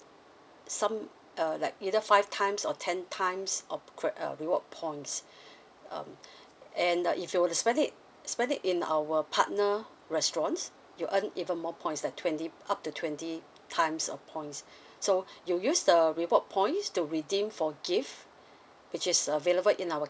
some err like either five times or ten times of rewa~ uh reward points um and the if you would spend it spend it in our partner restaurants you earn even more points the twenty up to twenty times of points so you use the reward points to redeem for gift which is available in our